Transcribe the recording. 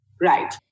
Right